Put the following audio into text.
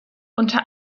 unter